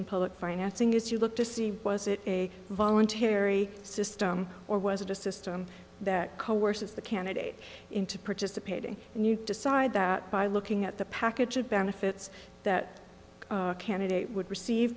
in public financing is you look to see was it a voluntary system or was it a system that coerces the candidate into participating and you decide that by looking at the package of benefits that candidate would receive